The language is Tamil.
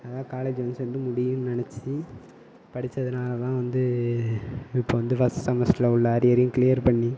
அதுதான் காலேஜ் வந்து சேர்ந்து முடியும்னு நினச்சி படித்திதுனால தான் வந்து இப்போ வந்து ஃபர்ஸ்ட் செமஸ்டரில் உள்ள அரியரையும் க்ளீயர் பண்ணி